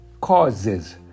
causes